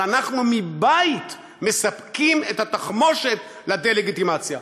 אבל אנחנו מבית מספקים את התחמושת לדה-לגיטימציה.